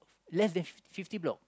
less than fifty fifty block